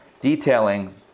detailing